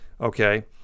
okay